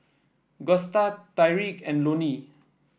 Gusta Tyrique and Lonie